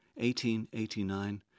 1889